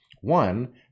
One